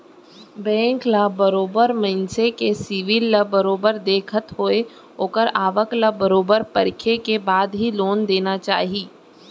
bank ल बरोबर मनसे के सिविल ल बरोबर देखत होय ओखर आवक ल बरोबर परखे के बाद ही लोन देना चाही